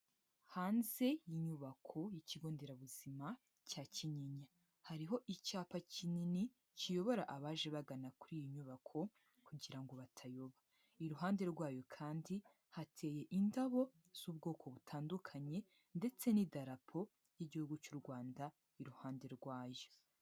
Hanze y'inyubako y'ikigo nderabuzima cya Kinyinya. Hariho icyapa kinini kiyobora abaje bagana kuri iyi nyubako kugira ngo batayoba. Iruhande rwayo kandi hateye indabo z'ubwoko butandukanye ndetse n'idarapo ry'igihugu cy'u Rwanda, iruhande rwayo.